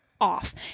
off